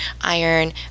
iron